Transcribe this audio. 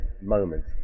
moment